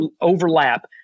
overlap